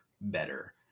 better